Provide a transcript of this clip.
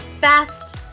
best